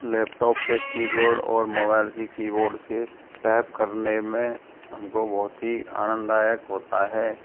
laptop के keyboard और mobile के कीबोर्ड से टाइप करने में हम को बहुत ही आनंददायक होता है